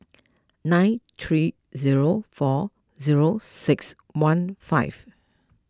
nine three zero four zero six one five